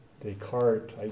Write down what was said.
Descartes